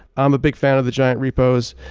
um a big fan of the giant repos.